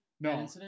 No